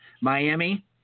Miami